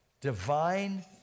Divine